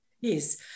Yes